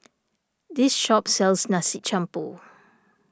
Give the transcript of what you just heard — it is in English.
this shop sells Nasi Campur